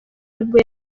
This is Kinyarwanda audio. nibwo